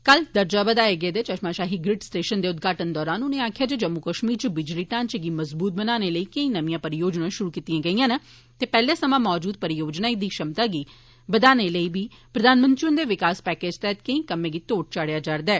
कल दर्जा बघाए गेदे चश्माशाही ग्रिड स्टेशन दे उद्घाटन दौरान उनें आक्खेआ जम्मू कश्मीर च बिजली ढ़ांचे गी मजबूत बनाने लेई केंई नमियां परियोजनां शुरू कीतियां गेदियां न ते पैहले सवां मजूद परियोजनाएं दी छमता गी बघाने लेई बी प्रधानमंत्री हुन्दे विकास पैकेज तैहत केंई कम्में गी तोड़ चाढ़ेआ जा करदा ऐ